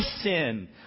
sin